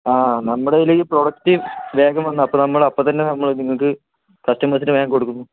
ആ നമ്മുടെ കയ്യിൽ ഈ പ്രോഡക്റ്റ് വേഗം വന്നു അപ്പം നമ്മൾ അപ്പം തന്നെ നിങ്ങൾക്ക് കസ്റ്റമേഴ്സിനു വേഗം കൊടുക്കുന്നു